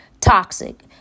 Toxic